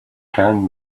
can